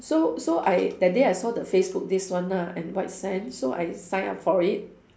so so I that day I saw the facebook this one ah at white sand so I sign up for it